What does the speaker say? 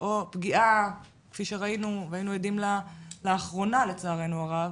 או פגיעה כפי שראינו והיינו עדים לה לאחרונה לצערנו הרב.